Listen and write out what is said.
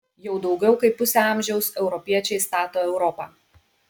jau daugiau kaip pusę amžiaus europiečiai stato europą